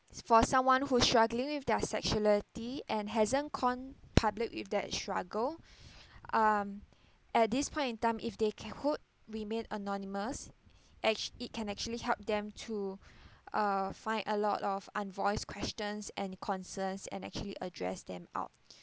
for someone who's struggling with their sexuality and hasn't gone public with that struggle um at this point in time if they can hold remain anonymous actu~ it can actually help them to uh find a lot of unvoiced questions and concerns and actually address them out